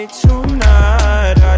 tonight